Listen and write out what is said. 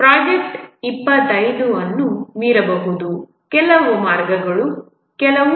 project 25 ಅನ್ನು ಮೀರಬಹುದು ಕೆಲವು ಮಾರ್ಗಗಳು ಕೆಲವು